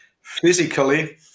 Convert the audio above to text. physically